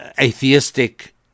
atheistic